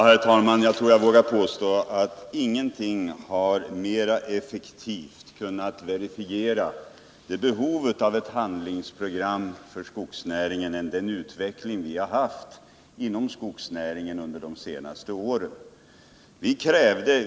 Herr talman! Jag tror jag vågar påstå att ingenting har mera effektivt kunnat verifiera behovet av ett handlingsprogram för skogsnäringen än den utveckling vi har haft inom skogsnäringen under de senaste åren.